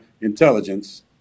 intelligence